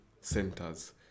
centers